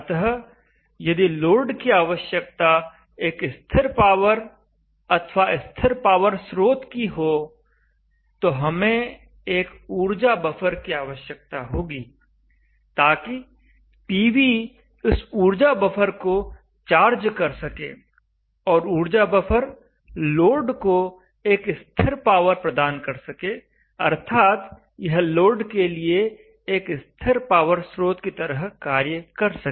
अतः यदि लोड की आवश्यकता एक स्थिर पावर अथवा स्थिर पावर स्रोत की हो तो हमें एक ऊर्जा बफर की आवश्यकता होगी ताकि पीवी इस ऊर्जा बफर को चार्ज कर सके और ऊर्जा बफर लोड को एक स्थिर पावर प्रदान कर सके अर्थात् यह लोड के लिए एक स्थिर पावर स्रोत की तरह कार्य कर सके